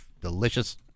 delicious